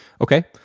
Okay